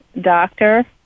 doctor